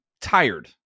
tired